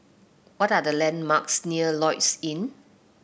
what are the landmarks near Lloyds Inn